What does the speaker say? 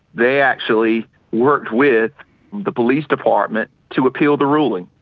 they actually worked with the police department to appeal the ruling,